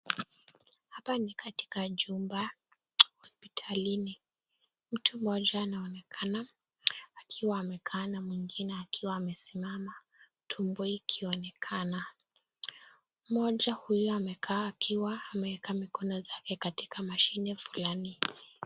Hapa ni katika jumba hospitalini. Mtu mmoja anaonekana akiwa amekaa na mwingine akiwa amesimama tumbo ikionekana. Mmoja huyo amekaa akiwa ameweka mikono zake katika mashine fulani.